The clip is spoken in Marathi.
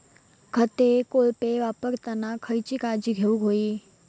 खत कोळपे वापरताना खयची काळजी घेऊक व्हयी?